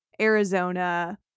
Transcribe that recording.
Arizona